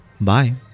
Bye